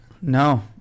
no